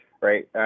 right